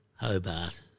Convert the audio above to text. Hobart